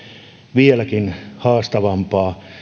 vieläkin haastavampaa